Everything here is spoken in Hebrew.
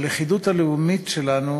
הלכידות הלאומית שלנו